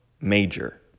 major